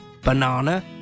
Banana